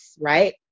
right